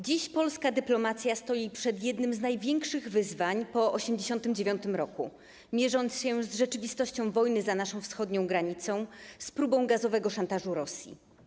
Dziś polska dyplomacja stoi przed jednym z największych wyzwań po 1989 r., mierząc się z rzeczywistością wojny za naszą wschodnią granicą, z próbą gazowego szantażu Rosji.